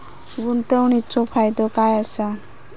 गुंतवणीचो फायदो काय असा?